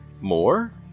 more